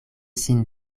sin